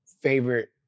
favorite